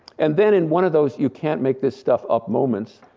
and then in one of those you can't make this stuff up moments,